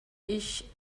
ich